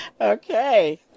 Okay